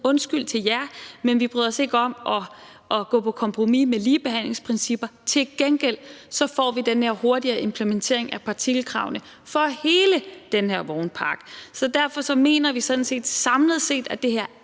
Undskyld til jer, men vi bryder os ikke om at gå på kompromis med ligebehandlingsprincipper; til gengæld får vi den her hurtigere implementering af partikelkravene for hele den her vognpark. Så derfor mener vi sådan set, at det her